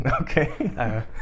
Okay